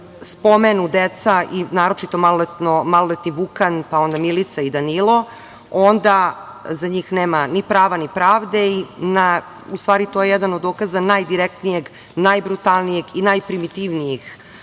spomenu deca, naročito maloletni Vukan, pa onda Milica i Danilo, onda za njih nema ni prava ni pravde. U stvari to je jedan od dokaza najdirektnije, najbrutalnije i najprimitivnije